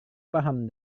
paham